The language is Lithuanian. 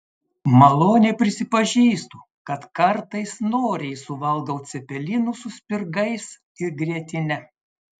maloniai prisipažįstu kad kartais noriai suvalgau cepelinų su spirgais ir grietine